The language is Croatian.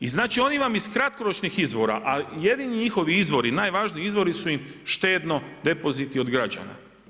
I znači oni vam iz kratkoročnih izvora, a jedini njihovi izvori, najvažniji izvori su štedni depoziti od građana.